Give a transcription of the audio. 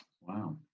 Wow